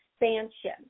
expansion